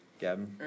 Gavin